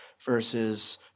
versus